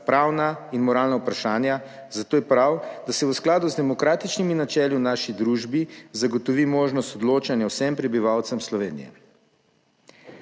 pravna in moralna vprašanja, zato je prav, da se v skladu z demokratičnimi načeli v naši družbi zagotovi možnost odločanja vsem prebivalcem Slovenije.